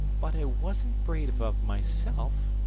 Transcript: but i wasn't brave of myself,